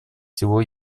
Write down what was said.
всего